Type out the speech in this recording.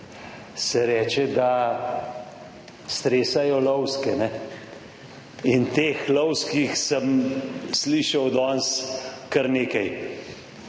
se reče, da stresajo lovske in teh lovskih sem slišal danes kar nekaj.